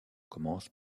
commence